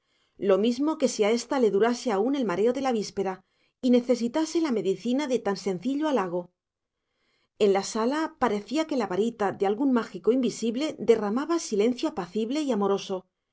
lo mismo que si a esta le durase aún el mareo de la víspera y necesitase la medicina de tan sencillo halago en la sala parecía que la varita de algún mágico invisible derramaba silencio apacible y amoroso y